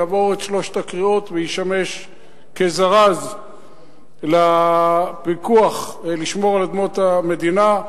יעבור את שלוש הקריאות וישמש כזרז לפיקוח כדי לשמור על אדמות המדינה.